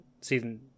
season